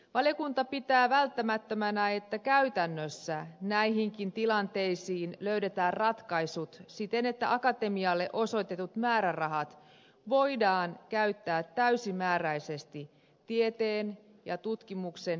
valiokunta pitää välttämättömänä että käytännössä näihinkin tilanteisiin löydetään ratkaisut siten että akatemialle osoitetut määrärahat voidaan käyttää täysimääräisesti tieteen ja tutkimuksen edistämiseen